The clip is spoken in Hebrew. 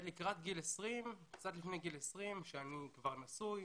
לקראת גיל 20, כשאני כבר נשוי,